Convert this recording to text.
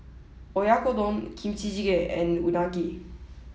Oyakodon Kimchi Jjigae and Unagi